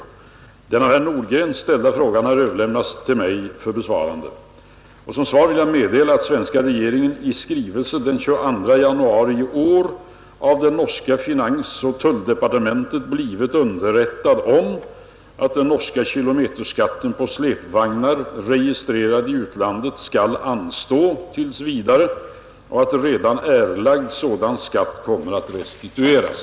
Den av herr Nordgren ställda frågan har överlämnats till mig för besvarande. Som svar vill jag meddela, att svenska regeringen i skrivelse den 22 januari i år av det norska finansoch tolldepartementet blivit underrättad om att den norska kilometerskatten på släpvagnar registrerade i utlandet skall anstå tills vidare och att redan erlagd sådan skatt kommer att restitueras.